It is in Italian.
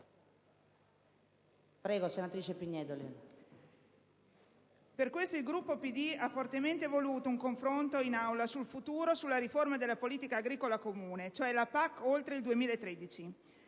Per questo il Gruppo PD ha fortemente voluto un confronto in Aula sul futuro della riforma della politica agricola comune, cioè la PAC oltre il 2013.